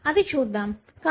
అది చూద్దాం